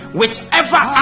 whichever